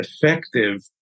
effective